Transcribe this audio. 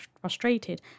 frustrated